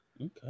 Okay